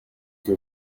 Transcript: que